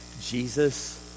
Jesus